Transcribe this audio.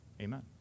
Amen